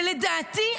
ולדעתי,